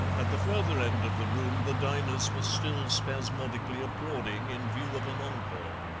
at the further end of the room the diners were still spasmodically applauding in view of an encore.